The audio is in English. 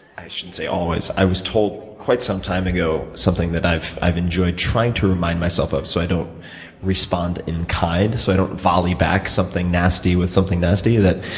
i shouldn't say always. i was told quite some time ago something that i've i've enjoyed trying to remind myself of so i don't respond in kind, so i don't volley back something nasty with something nasty.